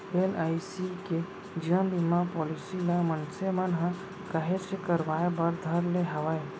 LIC के जीवन बीमा पॉलीसी ल मनसे मन ह काहेच के करवाय बर धर ले हवय